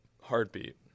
heartbeat